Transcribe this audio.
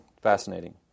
fascinating